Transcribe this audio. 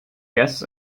guests